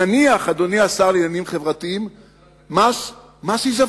נניח, אדוני השר לעניינים חברתיים, מס עיזבון.